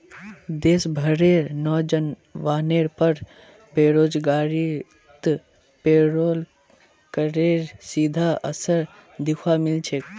देश भरेर नोजवानेर पर बेरोजगारीत पेरोल करेर सीधा असर दख्वा मिल छेक